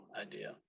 idea